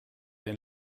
den